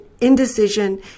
indecision